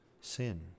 sin